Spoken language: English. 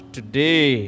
today